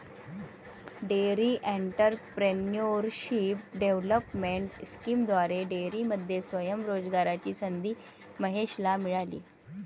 dairy entrepreneurship development स्कीमद्वारे डेअरीमध्ये स्वयं रोजगाराची संधी महेशला मिळाली